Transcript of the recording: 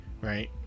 right